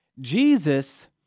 Jesus